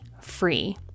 free